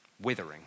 Withering